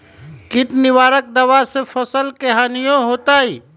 किट निवारक दावा से फसल के हानियों होतै?